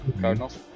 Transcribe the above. Cardinals